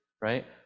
Right